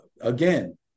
Again